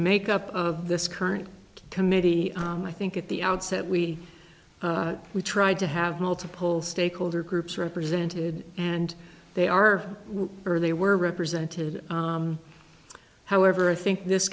make up of this current committee i think at the outset we we tried to have multiple stakeholder groups represented and they are or they were represented however i think this